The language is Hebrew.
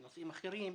בנושאים אחרים,